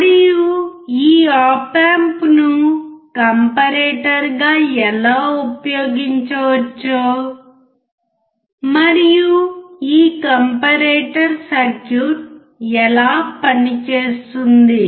మరియు ఈ op amp ను కాంపారేటర్ గా ఎలా ఉపయోగించవచ్చో మరియు ఈ కాంపారేటర్ సర్క్యూట్ ఎలా పనిచేస్తుంది